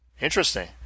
Interesting